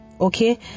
Okay